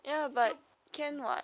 就